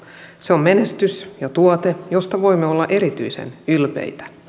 se on menestys ja tuote josta voimme olla erityisen ylpeitä